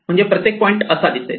म्हणजेच प्रत्येक पॉईंट असा दिसेल